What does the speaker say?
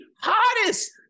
hottest